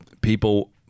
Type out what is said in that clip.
people